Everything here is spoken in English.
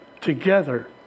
together